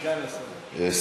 סגן השר.